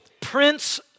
prince